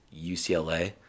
UCLA –